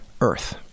Earth